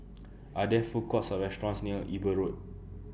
Are There Food Courts Or restaurants near Eber Road